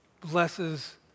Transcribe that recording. blesses